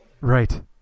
right